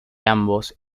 ambos